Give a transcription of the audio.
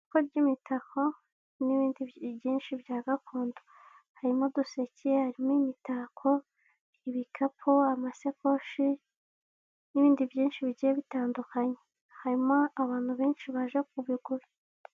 Imodoka yu'mweru iri mu muhanda wumukara ifite amapine y'umukara, iri mu mabara yu'mweru ndetse harimo n'mabara y'umuhondo, iruhande rwayo hari ipikipiki itwaye umuntu umwe wambaye agakote k'umuhondo ndetse n'ubururu, ipantaro y'umweru ndetse numupira w'mweru n'undi wambaye umupira wumukara ipantaro y'umuhondo werurutse n'ingofero y'ubururu ahetse n'igikapu cy'umukara.